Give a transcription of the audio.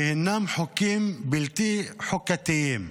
שהינם חוקים בלתי חוקתיים.